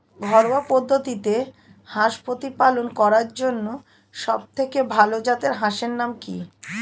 ঘরোয়া পদ্ধতিতে হাঁস প্রতিপালন করার জন্য সবথেকে ভাল জাতের হাঁসের নাম কি?